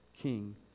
king